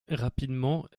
rapidement